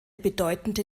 bedeutende